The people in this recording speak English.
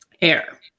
air